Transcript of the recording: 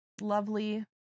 lovely